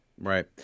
Right